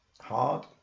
hard